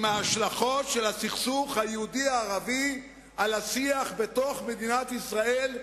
עם ההשלכות של הסכסוך היהודי-הערבי על השיח בתוך מדינת ישראל,